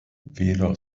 weder